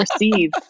receive